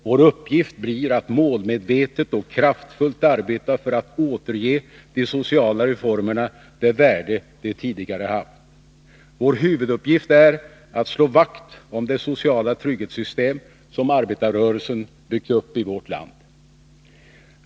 Vår uppgift blir att målmedvetet och kraftfullt arbeta för att återge de sociala reformerna det värde de tidigare haft. Vår huvuduppgift är att slå vakt om det sociala trygghetssystem som arbetarrörelsen byggt upp i vårt land.